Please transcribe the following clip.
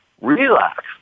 Relax